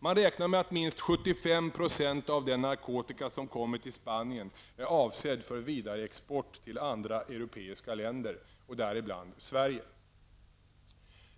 Man räknar med att minst 75 % av den narkotika som kommer till Spanien är avsedd för vidareexport till andra europeiska länder, däribland Sverige.